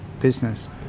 business